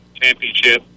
championship